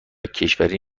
کشوری